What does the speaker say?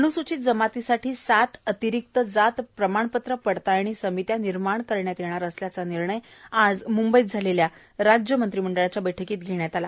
अन्सूचित जमातीसाठी सात अतिरिक्त जात प्रमाणपत्र पडताळणी समित्या निर्माण करण्यात येणार असल्याचा निर्णय आज मुंबईत झालेल्या राज्य मंत्रिमंडळाच्या बैठकित घेण्यात आला